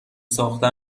ساخته